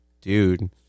dude